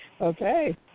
Okay